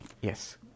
Yes